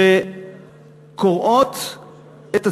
שקורעות את הציבור,